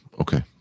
Okay